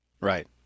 Right